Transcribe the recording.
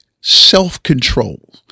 self-control